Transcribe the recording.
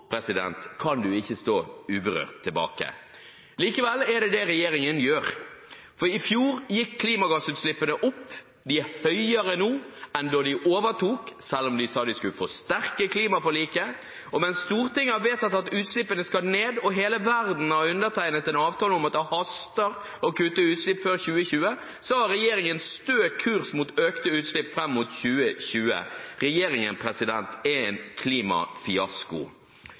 kan man ikke stå uberørt tilbake. Likevel er det det regjeringen gjør, for i fjor gikk klimagassutslippene opp. De er høyere nå enn da de overtok, selv om de sa de skulle forsterke klimaforliket. Mens Stortinget har vedtatt at utslippene skal ned, og hele verden har undertegnet en avtale om at det haster med å kutte utslippene før 2020, har regjeringen stø kurs mot økte utslipp fram mot 2020. Regjeringen er en klimafiasko.